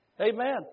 amen